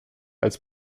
als